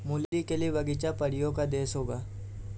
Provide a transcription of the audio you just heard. मूली के लिए बगीचा परियों का देश होगा